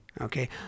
Okay